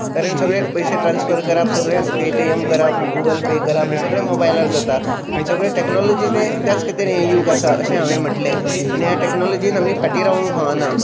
कारण सगळे पयशे ट्रांसफर करप सगळें पेटीएम करप गुगल पे करप हें सगळें मोबायलार जाता आनी सगळें टॅक्नोलोजीचें तेंच खातीर हें यूग आसा अशें हे हांवें म्हणटलें आनी ह्या टॅक्नोलोजीन आमी फाटी रावंक फावना